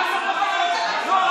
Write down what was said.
מה זה הדבר הזה?